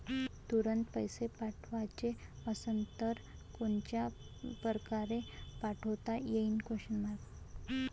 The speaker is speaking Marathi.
तुरंत पैसे पाठवाचे असन तर कोनच्या परकारे पाठोता येईन?